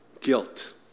guilt